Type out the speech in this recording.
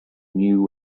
knew